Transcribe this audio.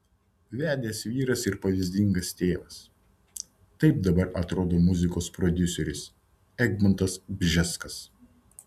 vedęs vyras ir pavyzdingas tėvas taip dabar atrodo muzikos prodiuseris egmontas bžeskas